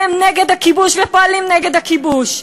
והם נגד הכיבוש ופועלים נגד הכיבוש.